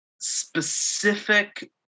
specific